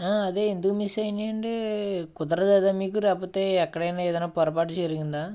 అదే ఎందుకు మిస్ అయినాయండి కుదరలేదా మీకు రాకపోతే ఎక్కడైనా ఏదన్న పొరపాటు జరిగిందా